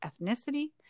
Ethnicity